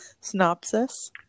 synopsis